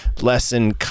Lesson